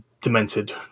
demented